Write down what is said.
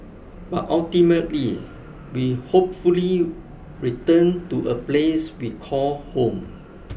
but ultimately we hopefully return to a place we call home